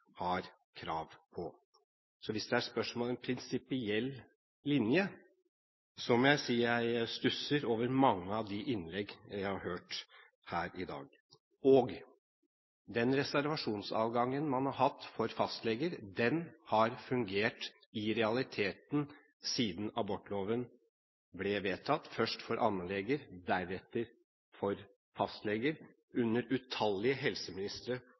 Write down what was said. har krav på. Så hvis det er spørsmål om prinsipiell linje, må jeg si jeg stusser over mange av de innlegg jeg har hørt her i dag. Og: Den reservasjonsadgangen man har hatt for fastleger, har i realiteten fungert siden abortloven ble vedtatt, først for allmennleger, deretter for fastleger, under utallige helseministre